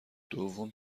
دوم